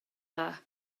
dda